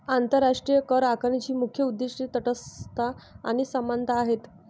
आंतरराष्ट्रीय करआकारणीची मुख्य उद्दीष्टे तटस्थता आणि समानता आहेत